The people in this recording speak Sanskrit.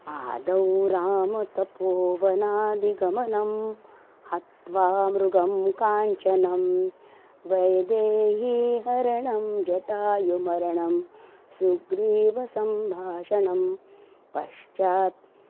आदौ रामतपोवनादिगमनं हत्वा मृगं काञ्चनं वैदेहीहरणं जटायुमरणं सुग्रीवसम्भाषणं पश्चात्